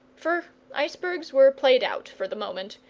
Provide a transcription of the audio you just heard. for icebergs were played out, for the moment,